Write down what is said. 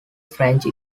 french